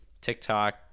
TikTok